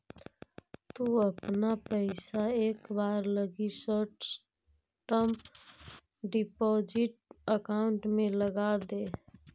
तु अपना पइसा एक बार लगी शॉर्ट टर्म डिपॉजिट अकाउंट में लगाऽ दे